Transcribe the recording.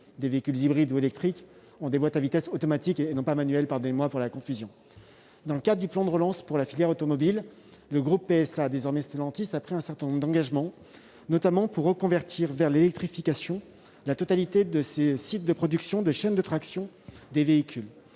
des véhicules hybrides ou électriques a des boîtes de vitesses automatiques. Dans le cadre du plan de relance pour la filière automobile, le groupe PSA, désormais Stellantis, a pris un certain nombre d'engagements, notamment pour reconvertir vers l'électrification la totalité de ses sites de production de chaînes de traction des véhicules.